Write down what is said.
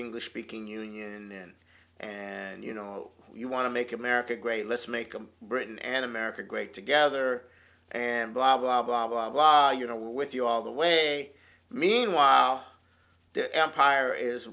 english speaking union and you know you want to make america great let's make them britain and america great together and blah blah blah blah blah you know with you all the way meanwhile the empire is